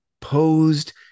posed